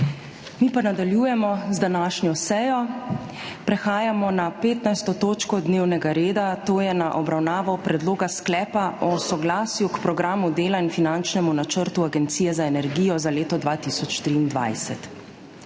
**Nadaljujemo s****prekinjeno 15. točko dnevnega reda, to je z obravnavo Predloga Sklepa o soglasju k Programu dela in finančnemu načrtu Agencije za energijo za leto 2023.**